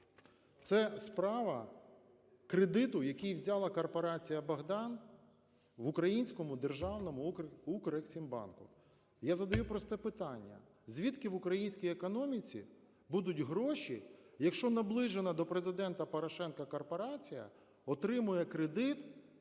Це справа кредиту, який взяла корпорація "Богдан" в українському державному "Укрексімбанку". Я задаю просте питання: звідки в українській економіці будуть гроші, якщо наближена до Президента Порошенка корпорація отримує кредит?